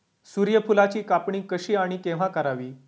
सूर्यफुलाची कापणी कशी आणि केव्हा करावी?